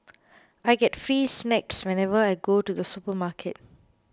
I get free snacks whenever I go to the supermarket